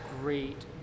great